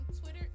Twitter